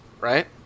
right